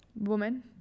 Woman